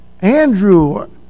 Andrew